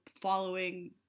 following